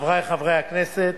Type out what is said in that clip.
חברי חברי הכנסת,